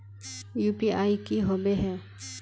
UPI की होबे है?